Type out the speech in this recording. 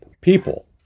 people